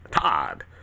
todd